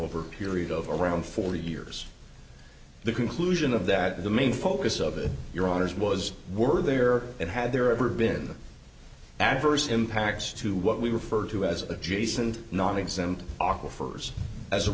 over a period of around forty years the conclusion of that the main focus of your honor's was were there and had there ever been adverse impacts to what we refer to as adjacent nonexempt aqua firs as a